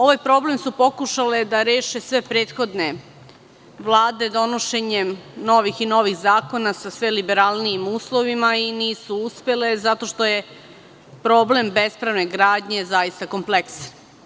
Ovaj problem su pokušale da reše sve prethodne vlade donošenjem novih zakona sa sve liberalnijim uslovima i nisu uspele zato što je problem bespravne gradnje kompleksan.